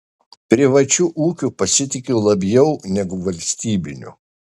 privačiu ūkiu pasitikiu labiau negu valstybiniu